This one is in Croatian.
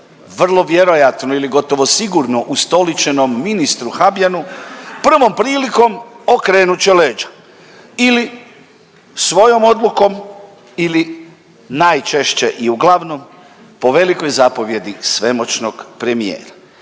vrlo vjerojatno ili gotovo sigurno ustoličenom ministru Habijanu prvom prilikom okrenut će leđa ili svojom odlukom ili najčešće i uglavnom po velikoj zapovjedi svemoćnog premijera.